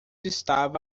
estava